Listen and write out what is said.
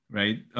right